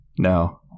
no